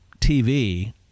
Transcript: TV